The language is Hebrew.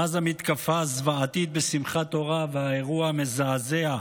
מאז המתקפה הזוועתית בשמחת תורה והאירוע המזעזע,